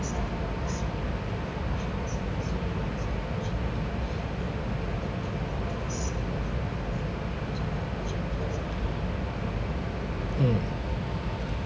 mm